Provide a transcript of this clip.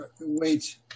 Wait